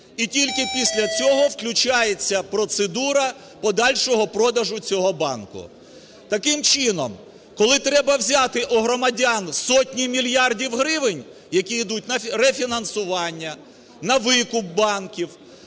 і тільки після цього включається процедура подальшого продажу цього банку. Таким чином, коли треба взяти у громадян сотні мільярдів гривень, які ідуть на рефінансування, на викуп банків,